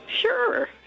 Sure